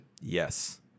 Yes